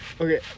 Okay